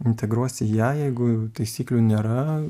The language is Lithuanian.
integruosi į ją jeigu taisyklių nėra